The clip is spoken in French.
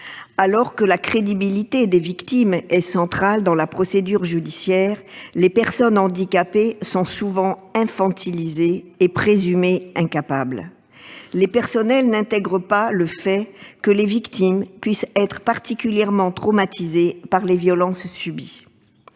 Alors que la crédibilité des victimes est centrale dans la procédure judiciaire, les personnes handicapées sont souvent infantilisées et présumées incapables. Les personnels n'intègrent pas le fait que les victimes puissent être particulièrement traumatisées par les violences subies.